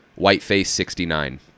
Whiteface69